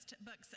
books